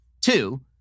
Two